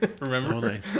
Remember